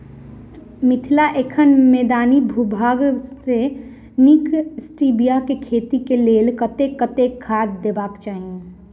मिथिला एखन मैदानी भूभाग मे नीक स्टीबिया केँ खेती केँ लेल कतेक कतेक खाद देबाक चाहि?